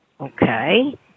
Okay